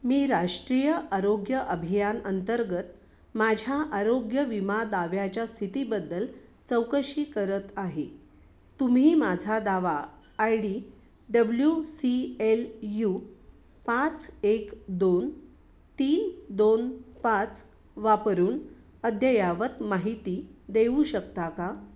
मी राष्ट्रीय आरोग्य अभियान अंतर्गत माझ्या आरोग्य विमा दाव्याच्या स्थितीबद्दल चौकशी करत आहे तुम्ही माझा दावा I D W C L U पाच एक दोन तीन दोन पाच वापरून अद्ययावत माहिती देऊ शकता का